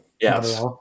Yes